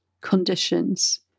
conditions